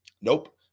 Nope